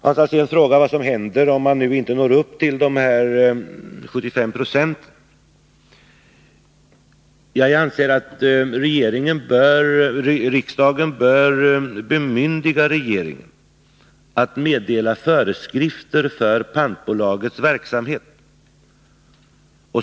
Hans Alsén frågar vad som händer om man nu inte når upp till en återvinning med minst 75 26. Jag anser att riksdagen bör bemyndiga regeringen att meddela föreskrifter för pantbolagets verksamhet.